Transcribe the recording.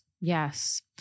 yes